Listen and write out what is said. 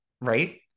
Right